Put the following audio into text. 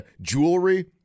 jewelry